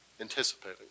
anticipating